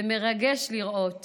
זה מרגש לראות